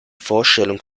vorstellung